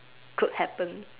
could happen